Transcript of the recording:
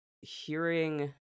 hearing